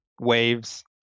waves